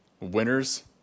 winners